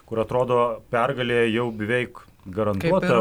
kur atrodo pergalė jau beveik garantuota